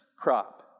crop